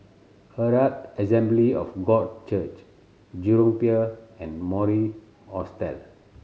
Herald Assembly of God Church Jurong Pier and Mori Hostel